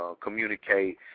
communicate